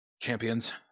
Champions